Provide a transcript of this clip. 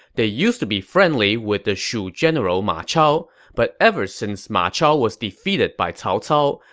they used to be friendly with the shu general ma chao, but ever since ma chao was defeated by cao cao,